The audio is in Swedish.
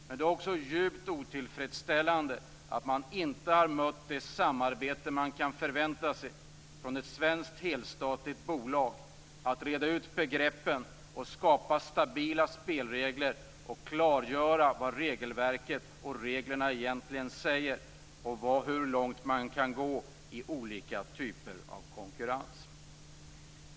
Men det är också djupt otillfredsställande att man inte har bemötts med det samarbete som man kan förvänta sig från ett svenskt helstatligt bolag för att reda ut begreppen, skapa stabila spelregler och klargöra vad regelverket egentligen säger om hur långt man kan gå i olika typer av konkurrens.